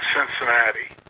Cincinnati